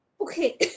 Okay